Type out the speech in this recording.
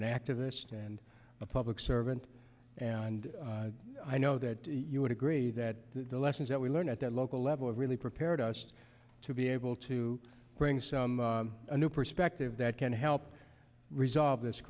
an activist and a public servant and i know that you would agree that the lessons that we learn at the local level of really prepared us to be able to bring some new perspective that can help resolve this